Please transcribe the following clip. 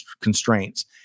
constraints